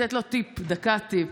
ולתת לו טיפ, דקה טיפ.